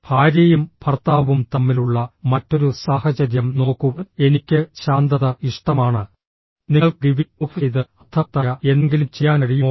ഭാര്യയും ഭർത്താവും തമ്മിലുള്ള മറ്റൊരു സാഹചര്യം നോക്കൂഃ എനിക്ക് ശാന്തത ഇഷ്ടമാണ് നിങ്ങൾക്ക് ടിവി ഓഫ് ചെയ്ത് അർത്ഥവത്തായ എന്തെങ്കിലും ചെയ്യാൻ കഴിയുമോ